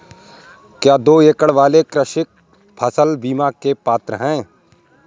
क्या दो एकड़ वाले कृषक फसल बीमा के पात्र हैं?